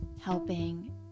helping